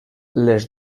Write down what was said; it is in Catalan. les